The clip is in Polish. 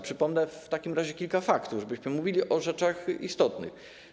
Przypomnę w takim razie kilka faktów, żebyśmy mówili o rzeczach istotnych: